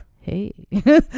Hey